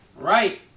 Right